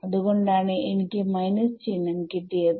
അത് കൊണ്ടാണ് എനിക്ക് മൈനസ് ചിഹ്നം കിട്ടിയത്